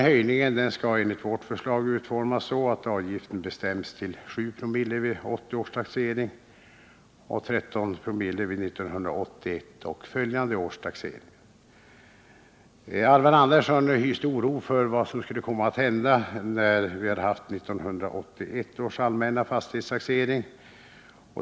Höjningen skall enligt vårt förslag utformas så att avgiften bestäms till 7 ? oo vid 1981 och följande års taxeringar. Alvar Andersson hyste oro för vad som skulle komma att hända när vi har genomfört 1981 års allmänna fastighetstaxering.